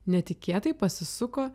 netikėtai pasisuko